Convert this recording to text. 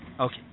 Okay